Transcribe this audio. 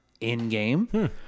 in-game